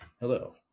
Hello